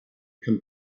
can